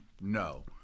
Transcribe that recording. No